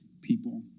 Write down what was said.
people